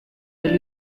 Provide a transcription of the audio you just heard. del